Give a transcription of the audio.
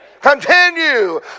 Continue